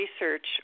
research